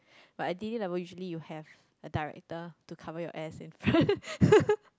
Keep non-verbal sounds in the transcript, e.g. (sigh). but at d_d level usually you have a director to cover your ass in front (laughs)